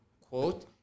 quote